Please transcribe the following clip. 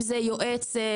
זה יכול להיות יועץ רגולטורי,